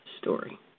story